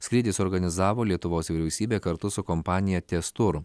skrydį suorganizavo lietuvos vyriausybė kartu su kompanija tez tour